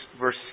verse